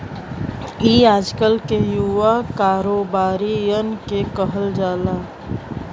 ई आजकल के युवा कारोबारिअन के कहल जाला